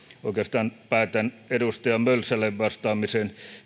oikeastaan päätän edustaja mölsälle vastaamiseen